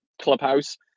clubhouse